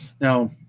Now